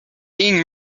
being